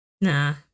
nah